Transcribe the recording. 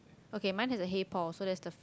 okay mine has a hey Paul so that's the